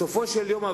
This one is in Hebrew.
בסופו של יום,